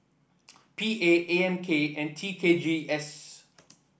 P A A M K and T K G S